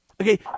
Okay